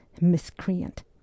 miscreant